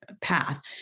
path